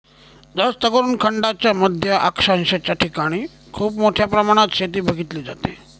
जास्तकरून खंडांच्या मध्य अक्षांशाच्या ठिकाणी खूप मोठ्या प्रमाणात शेती बघितली जाते